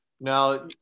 Now